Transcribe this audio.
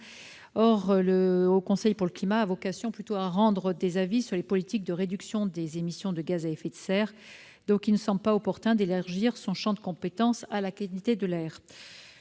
Or le Haut Conseil pour le climat a vocation à rendre des avis sur les politiques de réduction des émissions de gaz à effet de serre. Il ne semble pas opportun d'élargir son champ de compétences à la qualité de l'air.